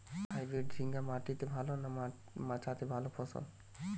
Hybrid ঝিঙ্গা মাটিতে ভালো না মাচাতে ভালো ফলন?